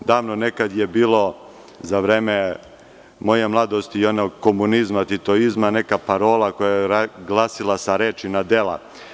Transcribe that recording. Davno nekad je bilo za vreme moje mladosti i onog komunizma, titoizma neka parola koja je glasila – sa reči na dela.